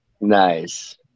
Nice